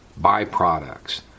Byproducts